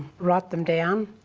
write them down,